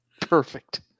Perfect